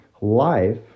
life